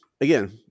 again